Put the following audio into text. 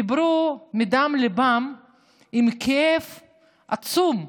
דיברו מדם ליבם בכאב עצום.